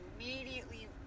immediately